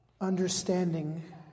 understanding